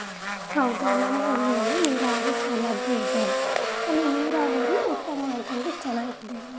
ಹೌದು ನಮ್ಮ ಹಳ್ಳಿಯಲ್ಲಿ ನೀರಾವರಿ ಸೌಲಭ್ಯ ಇದೆ ಅಲ್ಲಿ ನೀರಾವರಿ ಉತ್ತಮ ಅಂತಂದರೆ ಚೆನ್ನಾಗಿದೆ